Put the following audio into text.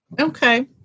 okay